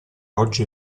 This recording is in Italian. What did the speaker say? oggi